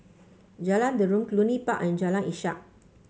Jalan Derum Cluny Park and Jalan Ishak